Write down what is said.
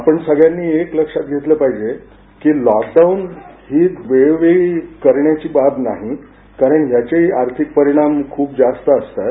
आपण सगळ्यांनी एक लक्षात घेतलं पाहिजे की लॉकडाऊन हि वेळोवेळी करण्याची बाब नाही कारण याचे आर्थिक परिणाम खूप जास्त असतात